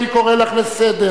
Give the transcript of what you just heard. אני קורא לך לסדר.